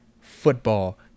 football